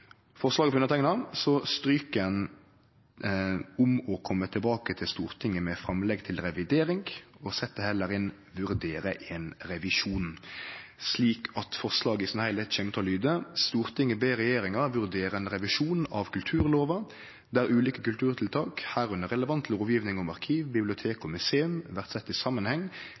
forslaget stryk «om å kome tilbake til Stortinget med framlegg til revidering» og heller set inn «vurdere ein revisjon», slik at heile forslaget i kjem til å lyde: «Stortinget ber regjeringa vurdere ein revisjon av kulturlova, der ulike kulturtiltak, herunder relevant lovgjeving om arkiv, bibliotek og museum, vert sett i samanheng